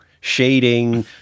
shading